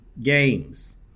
games